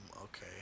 okay